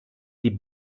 die